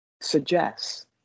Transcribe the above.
suggests